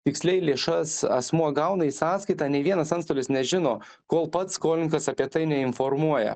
tiksliai lėšas asmuo gauna į sąskaitą nei vienas antstolis nežino kol pats skolininkas apie tai neinformuoja